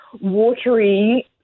watery